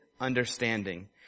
understanding